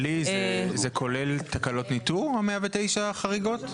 ליהי זה כולל תקלות ניטור ה- 109 חריגות?